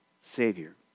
Savior